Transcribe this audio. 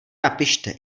napište